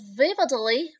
vividly